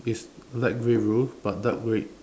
it's light grey roof but dark grey